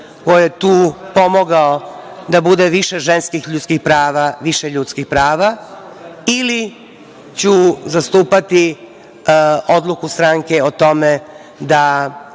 ko je tu pomogao da bude više ženskih ljudskih prava, više ljudskih prava ili ću zastupati odluku stranke o tome da